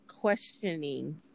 questioning